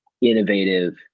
innovative